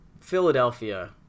Philadelphia